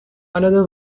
another